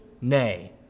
Nay